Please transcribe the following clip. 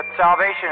salvation